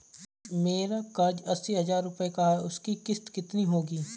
मेरा कर्ज अस्सी हज़ार रुपये का है उसकी किश्त कितनी होगी?